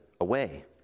away